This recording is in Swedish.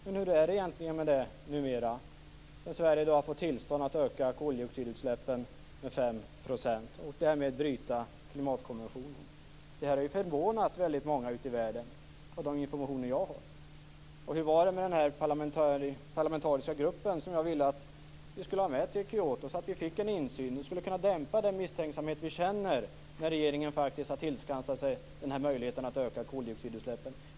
Men hur är det egentligen med det numera, sedan Sverige fått tillstånd att öka koldioxidutsläppen med 5 % och därmed bryta mot klimatkonventionen? Det här har förvånat väldigt många ute i världen, enligt de informationer jag har. Och hur var det med den parlamentariska grupp som jag ville att vi skulle ha med till Kyoto så att vi fick insyn? Det skulle ha kunnat dämpa den misstänksamhet vi känner nu när regeringen har tillskansat sig den här möjligheten att öka koldioxidutsläppen.